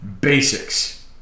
Basics